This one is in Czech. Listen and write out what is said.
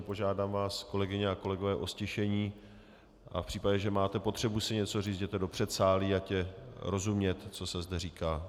Požádám vás, kolegyně a kolegové, o ztišení a v případě, že máte potřebu si něco říct, jděte do předsálí, ať je rozumět, co se zde říká.